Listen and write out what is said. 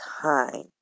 time